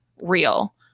real